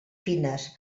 fines